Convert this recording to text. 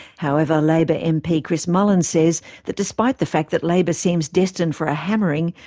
however, labour mp, chris mullin says that despite the fact that labour seems destined for a hammering,